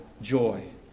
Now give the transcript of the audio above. joy